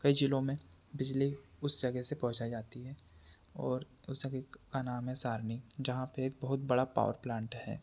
कई ज़िलों मे बिजली उस जगह से पहुँचाई जाती है और उस जगह का नाम है सारनी जहाँ पर एक बहुत बड़ा पावर प्लांट है